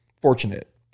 fortunate